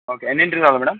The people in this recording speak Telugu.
ఓకే ఎన్నింటికి రావాలి మేడం